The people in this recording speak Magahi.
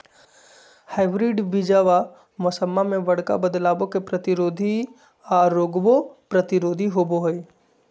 हाइब्रिड बीजावा मौसम्मा मे बडका बदलाबो के प्रतिरोधी आ रोगबो प्रतिरोधी होबो हई